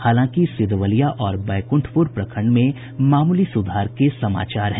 हालांकि सिधवलिया और बैकुंठपुर प्रखंड में मामूली सुधार के समाचार हैं